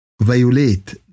Violate